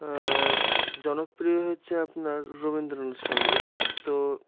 জনপ্রিয় হচ্ছে আপনার রবীন্দ্রনাথ সঙ্গীত তো